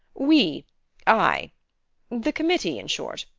we i the committee, in short.